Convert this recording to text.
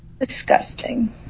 Disgusting